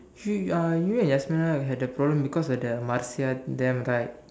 she uh you and your Yazmina had the problem because of the Marsia them right